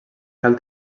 cal